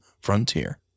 frontier